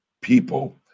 people